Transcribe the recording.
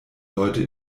leute